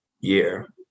year